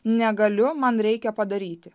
negaliu man reikia padaryti